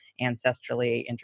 ancestrally